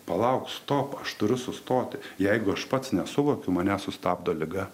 palauk stop aš turiu sustoti jeigu aš pats nesuvokiu mane sustabdo liga